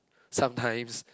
sometimes